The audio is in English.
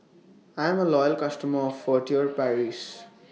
I'm A Loyal customer of Furtere Paris